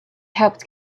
helped